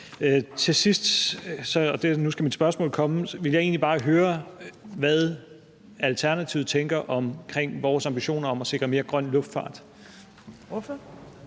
Til sidst – og nu skal mit spørgsmål komme – vil jeg egentlig bare høre, hvad Alternativet tænker om vores ambitioner om at sikre mere grøn luftfart.